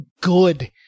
good